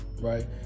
Right